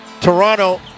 Toronto